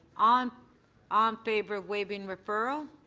um um favor of waiving referral.